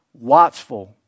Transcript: watchful